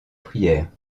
prière